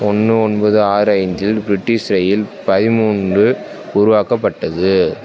ஒன்று ஒன்பது ஆறு ஐந்தில் பிரிட்டிஷ் ரயில் பதிமூன்று உருவாக்கப்பட்டது